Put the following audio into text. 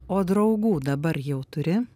o draugų dabar jau turi